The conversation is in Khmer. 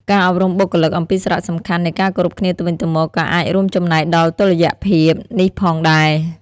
ការអប់រំបុគ្គលិកអំពីសារៈសំខាន់នៃការគោរពគ្នាទៅវិញទៅមក ក៏អាចរួមចំណែកដល់តុល្យភាពនេះផងដែរ។